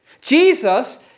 Jesus